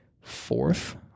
fourth